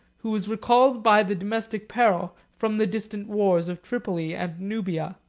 who was recalled by the domestic peril from the distant wars of tripoli and nubia.